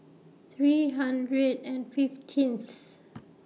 three hundred and fifteenth